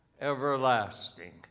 everlasting